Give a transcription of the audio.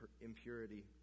impurity